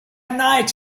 night